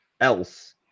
else